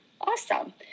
awesome